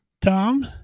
Tom